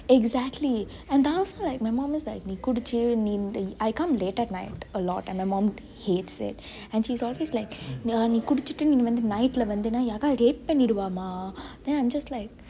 exactly and also like my mum is like நீ குடிச்சு நீ:nee kudichu nee I come late at night a lot and my mum hates it and she's always like நீ குடிச்சுட்டு நீ வந்து:nee kudichittu nee vanthu night ல வந்தினா யாராவது:le vanthinaa yaaravathu rape பன்னிருவாமா:panniruvaama then I'm just like